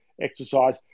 exercise